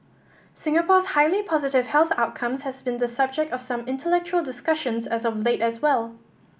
Singapore's highly positive health outcomes has been the subject of some intellectual discussions as of late as well